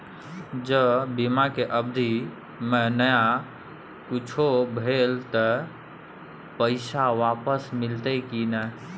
ज बीमा के अवधि म नय कुछो भेल त पैसा वापस मिलते की नय?